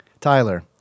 Tyler